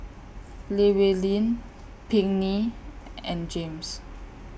Llewellyn Pinkney and James